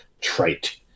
trite